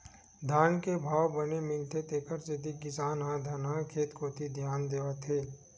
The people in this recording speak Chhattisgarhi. धान के भाव बने मिलथे तेखर सेती किसान ह धनहा खेत कोती धियान देवत हे